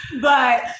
But-